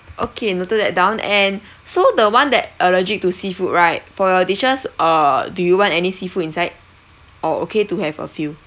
okay noted that down and so the one that allergic to seafood right for your dishes err do you want any seafood inside or okay to have a few